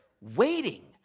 waiting